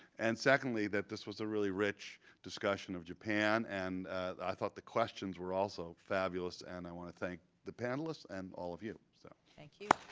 and secondly that this was a really rich discussion of japan. and i thought the questions were also fabulous, and i want to thank the panelists and all of you. so thank you.